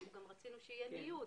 גם רצינו שיהיה ניוד.